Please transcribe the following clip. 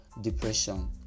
depression